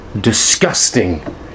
disgusting